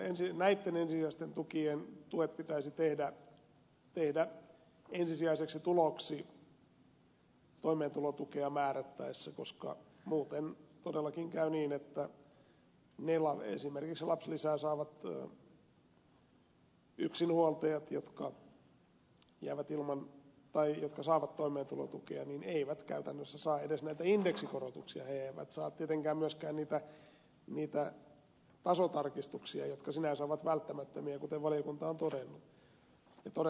tästä syystä nämä ensisijaiset tuet pitäisi tehdä ensisijaiseksi tuloksi toimeentulotukea määrättäessä koska muuten todellakin käy niin että esimerkiksi ne lapsilisää saavat yksinhuoltajat jotka saavat toimeentulotukea eivät käytännössä saa edes näitä indeksikorotuksia ja he eivät saa tietenkään myöskään niitä tasotarkistuksia jotka sinänsä ovat välttämättömiä kuten valiokunta on todennut